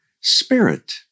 spirit